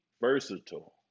versatile